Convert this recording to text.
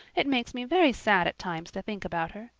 it makes me very sad at times to think about her.